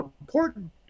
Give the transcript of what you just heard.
important